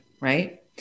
Right